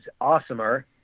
awesomer